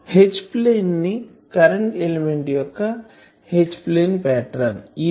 H plane ని current element యొక్క H plane pattern ఇది